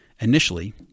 initially